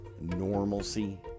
normalcy